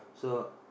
so